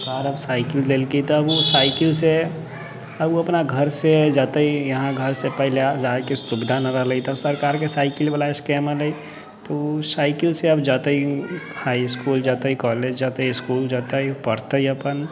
सरकार अब साइकिल देलकै तऽ ओ साइकिल से अब ओ अपना घर से जतय यहाँ घर से पहले जायके सुविधा नहि रहले तब सरकार के साइकिल वला स्कीम एलै तऽ ओ साइकिल से अब जतै हाइ इसकुल जतै कॉलेज जतै इसकुल जतै पढ़तै अपन